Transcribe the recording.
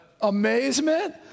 Amazement